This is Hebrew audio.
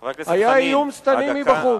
אבל היה איום שטני מבחוץ.